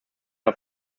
auf